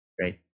Right